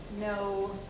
no